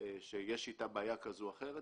שיש איתה בעיה כזו או אחרת,